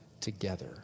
together